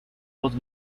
voz